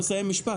תן לי לסיים משפט.